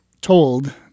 told